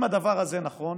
אם הדבר הזה נכון,